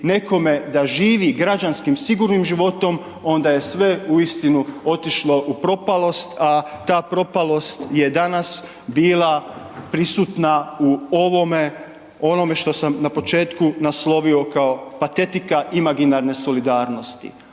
nekome da živi građanskim sigurnim životom onda je sve uistinu otišlo u propalost, a ta propalost je danas bila prisutna u onome što sam na početku naslovio kao patetika imaginarne solidarnosti.